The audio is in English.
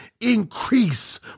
increase